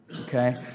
Okay